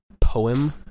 poem